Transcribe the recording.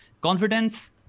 confidence